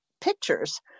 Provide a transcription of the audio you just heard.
pictures